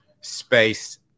space